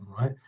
right